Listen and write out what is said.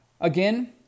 Again